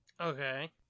Okay